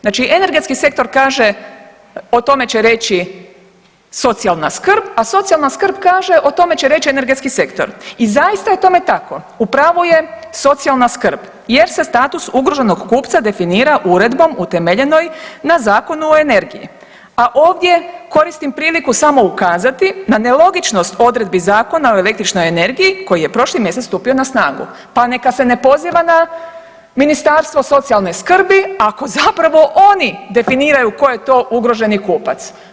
Znači energetski sektor kaže o tome će reći socijalna skrb, a socijalna skrb kaže o tome će reći energetski sektor i zaista je tome tako, u pravu je socijalna skrb jer se status ugroženog kupca definira uredbom utemeljenoj na Zakonu o energiji, a ovdje koristim priliku samo ukazati na nelogičnost odredbi Zakona o električnoj energiji koji je prošli mjesec stupio na snagu pa neka se ne poziva na Ministarstvo socijalne skrbi ako zapravo oni definiraju ko je to ugroženi kupac.